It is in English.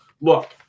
Look